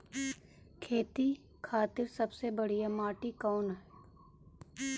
खेती खातिर सबसे बढ़िया माटी कवन ह?